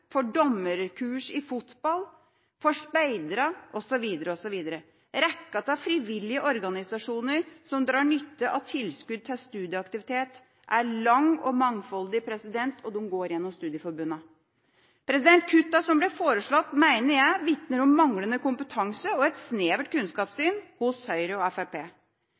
for dommerkurs i fotball, for speiderne osv., osv. Rekken av frivillige organisasjoner som drar nytte av tilskudd til studieaktivitet, er lang og mangfoldig – og de går gjennom studieforbundene. Kuttene som ble foreslått, mener jeg vitner om manglende kompetanse og et snevert kunnskapssyn hos Høyre og